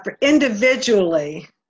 individually